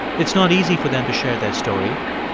it's not easy for them to share their story.